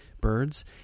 birds